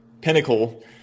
pinnacle